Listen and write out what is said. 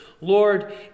Lord